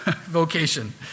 vocation